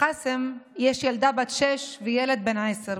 לקאסם יש ילדה בת שש וילד בן עשר,